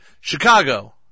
Chicago